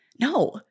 No